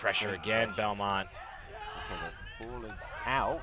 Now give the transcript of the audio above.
pressure again belmont how